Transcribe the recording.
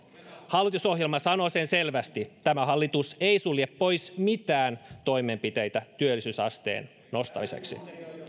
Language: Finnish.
hallitusohjelma sanoo sen selvästi tämä hallitus ei sulje pois mitään toimenpiteitä työllisyysasteen nostamiseksi